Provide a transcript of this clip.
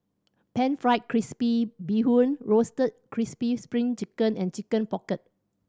Pan Fried Crispy Bee Hoon Roasted Crispy Spring Chicken and Chicken Pocket